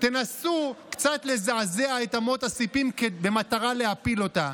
תנסו קצת לזעזע את אמות הסיפים, במטרה להפיל אותה.